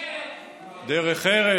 דרך ארץ.